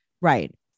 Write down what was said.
Right